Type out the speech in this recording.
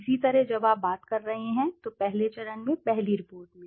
इसी तरह जब आप बात कर रहे हैं तो पहले चरण में पहली रिपोर्ट में